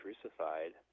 crucified